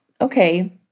okay